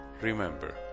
Remember